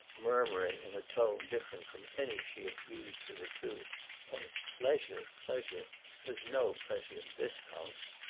murmuring in a tone different from any she had used hitherto oh, pleasure, pleasure there's no pleasure in this house!